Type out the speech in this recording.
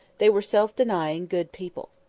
they were self-denying, good people.